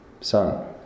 Son